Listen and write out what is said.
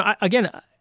Again